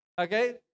Okay